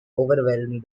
overwhelmed